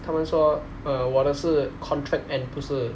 他们说 uh 我的是 contract end 不是